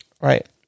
right